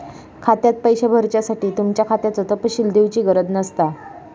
खात्यात पैशे भरुच्यासाठी तुमच्या खात्याचो तपशील दिवची गरज नसता